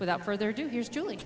without further ado here's julie